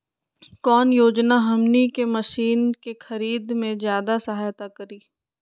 कौन योजना हमनी के मशीन के खरीद में ज्यादा सहायता करी?